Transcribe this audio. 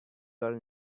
girl